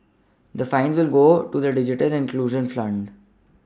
the fines will go to the digital inclusion fund